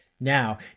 Now